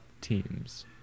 Teams